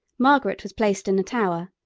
margaret was placed in the tower,